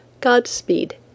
Godspeed